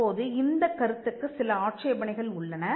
இப்போது இந்தக் கருத்துக்கு சில ஆட்சேபனைகள் உள்ளன